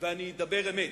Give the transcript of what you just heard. ואני אדבר אמת.